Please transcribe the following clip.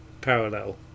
parallel